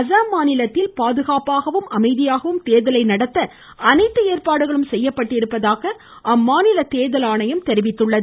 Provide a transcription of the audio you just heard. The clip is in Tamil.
அஸாம் மாநிலத்தில் பாதுகாப்பாகவும் அமைதியாகவும் தேர்தலை நடத்த அனைத்து ஏற்பாடுகளும் செய்யப்பட்டுள்ளதாக அம்மாநில தேர்தல் ஆணையம் தெரிவித்துள்ளது